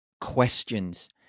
questions